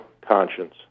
conscience